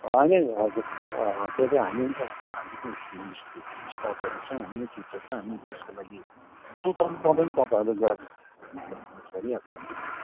होइन हजुर त्यो चाहिँ हामी नै हामी नै स्टाफहरू छ हामी त्यो गर्छ हामी त्यसको लागि सुर्ताउनु पर्दैन तपाईँहरूले गाडी हामी म्यानेज गरिहाल्छौँ नि